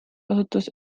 osutus